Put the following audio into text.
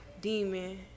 demon